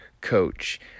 coach